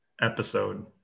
episode